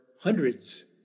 hundreds